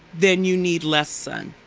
then you need less sun.